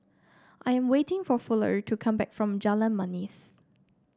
I am waiting for Fuller to come back from Jalan Manis